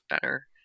better